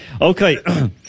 Okay